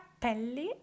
cappelli